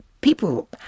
People